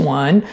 one